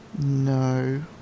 No